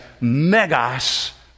megas